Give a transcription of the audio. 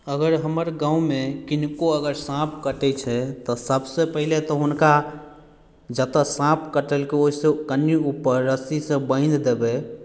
अगर हमर गाँवमे किनको अगर साँप कटै छै तऽ सबसे पहिले तऽ हुनका जतय साँप कटलकै ओहिसँ कनी ऊपर रस्सीसँ बान्हि देबै